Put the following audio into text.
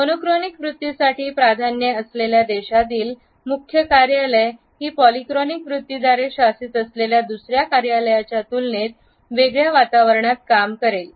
monochronic वृत्तीसाठी प्राधान्ये असलेल्या देशातील मुख्य कार्यालय ही पॉलीक्रॉनिक वृत्तीद्वारे शासित असलेल्या दुसर्या कार्यालयाच्या तुलनेत वेगळ्या वातावरणात काम करेल